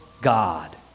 God